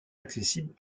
accessible